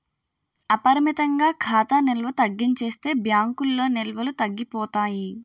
అపరిమితంగా ఖాతా నిల్వ తగ్గించేస్తే బ్యాంకుల్లో నిల్వలు తగ్గిపోతాయి